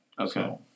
Okay